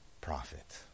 prophet